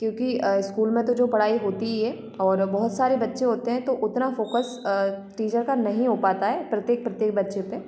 क्योंकि स्कूल में तो जो पढ़ाई होती है और बहुत सारे बच्चे होते हैं तो उतना फोकस टीचर का नहीं हो पाता है प्रत्येक प्रत्येक बच्चे पे